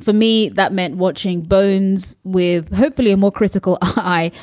for me, that meant watching bones with hopefully a more critical eye,